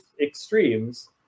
extremes